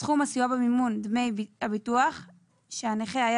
סכום הסיוע במימון דמי הביטוח שהנכה היה